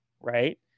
right